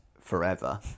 forever